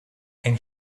and